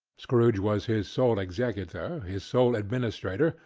scrooge was his sole executor, his sole administrator,